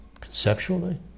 conceptually